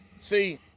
See